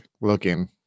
looking